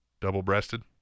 Double-breasted